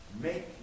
Make